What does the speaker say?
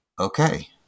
okay